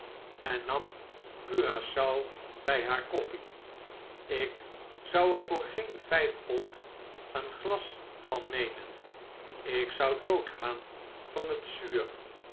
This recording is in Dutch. en nam curacao bij haar koffle ik zou er voor geen vijf pond een glas van nemen ik zou dood gaan van het zuur